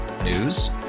News